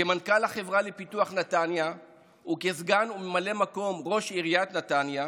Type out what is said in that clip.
כמנכ"ל החברה לפיתוח נתניה וכסגן וממלא מקום ראש עיריית נתניה,